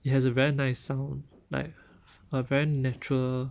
it has a very nice sound like a very natural